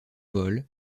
vol